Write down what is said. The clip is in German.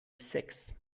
sechs